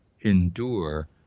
endure